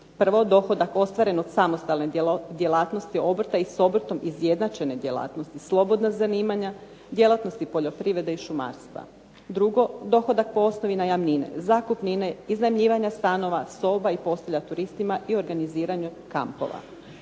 prvo, dohodak ostvaren od samostalne djelatnosti, obrta i s obrtom izjednačene djelatnosti, slobodna zanimanja, djelatnosti poljoprivrede i šumarstva. Drugo, dohodak po osnovi najamnine, zakupnine, iznajmljivanja stanova, soba i postelja turistima i organiziranje kampova.